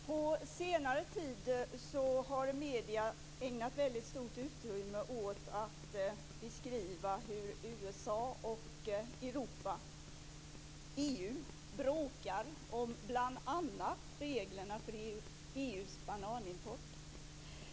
Fru talman! Jag har en fråga till statsrådet Pagrotsky. På senare tid har medierna ägnat väldigt stort utrymme åt att beskriva hur USA och EU bråkar om bl.a. reglerna för EU:s bananimport.